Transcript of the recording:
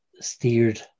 steered